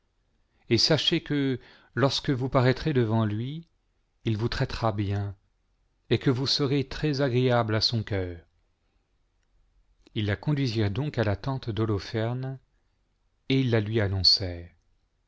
et sachez que lorsque vous paraîtrez devant lui il vous traitera bien et que vous serez très agréable à son cœur ils la conduisirent donc à la tente d'holoferne et la lui